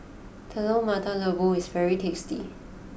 Telur Mata Lembu is very tasty